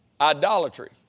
idolatry